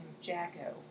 Jacko